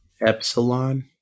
Epsilon